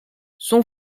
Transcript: son